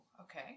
okay